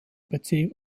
bezirk